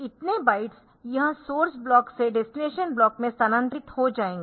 इतने बाइट्स यह source block से डेस्टिनेशन ब्लॉक में स्थानांतरित हो जाएंगे